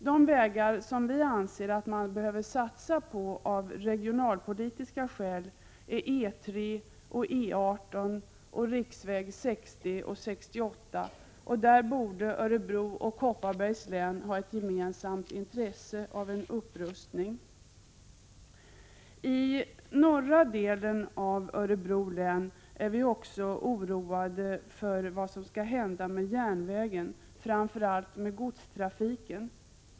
De vägar vi anser att man av regionalpolitiska skäl behöver satsa på är E 3 och E 18 samt riksväg 60 och 68. Både Örebro och Kopparbergs län borde ha ett gemensamt intresse av en sådan upprustning. I norra delen av Örebro län är vi också oroade över vad som skall hända med järnvägen — framför allt när det gäller godstrafiken.